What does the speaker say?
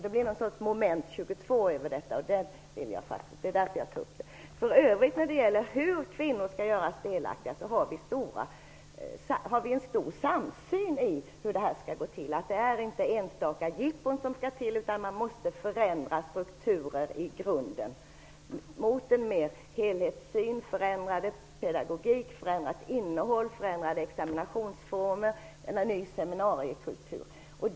Det blir alltså någon sorts Moment 22 över detta. Det är därför jag tar upp det. När det gäller hur kvinnor skall göras delaktiga finns det en stor samsyn när det gäller hur detta skall gå till, nämligen att det inte är enstaka jippon som skall till utan att man måste förändra strukturer i grunden i riktning mot en helhetssyn, förändrad pedagogik, förändrat innehåll, förändrade examinationsformer och en ny seminariekultur.